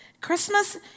Christmas